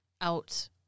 out